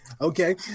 Okay